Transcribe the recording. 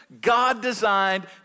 God-designed